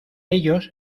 ellos